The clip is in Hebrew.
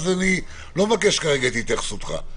אני לא מבקש כרגע את התייחסותך,